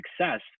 success